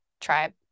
tribe